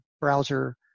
browser